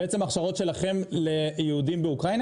בעצם, הכשרות שלכם ליהודים באוקראינה.